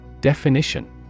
Definition